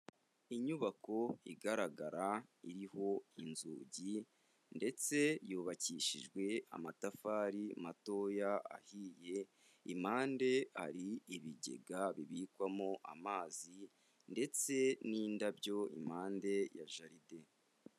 Inyubako igaragara iriho inzugi ndetse yubakishijwe amatafari matoya ahiye impande ari ibigega bibikwamo amazi ndetse n'indabyo impande ya jaride.